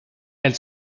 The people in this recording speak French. elle